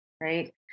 Right